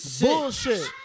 Bullshit